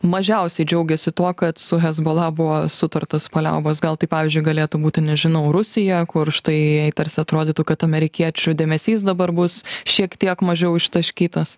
mažiausiai džiaugiasi tuo kad su hezbola buvo sutartos paliaubos gal tai pavyzdžiui galėtų būti nežinau rusija kur štai jai tarsi atrodytų kad amerikiečių dėmesys dabar bus šiek tiek mažiau ištaškytas